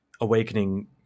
awakening